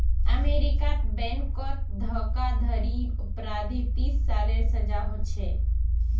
अमेरीकात बैनकोत धोकाधाड़ी अपराधी तीस सालेर सजा होछे